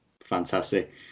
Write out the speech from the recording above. Fantastic